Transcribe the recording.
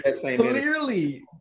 Clearly